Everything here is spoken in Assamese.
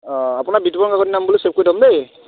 অঁ আপোনাৰ বিতুপন কাকতি নাম বুলি ছেভ কৰি থ'ম দেই